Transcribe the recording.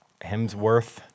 Hemsworth